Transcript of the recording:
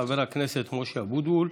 חבר הכנסת משה אבוטבול.